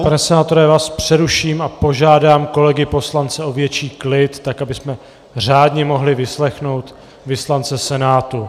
Pane senátore, já vás přeruším a požádám kolegy poslance o větší klid, tak abychom řádně mohli vyslechnout vyslance Senátu.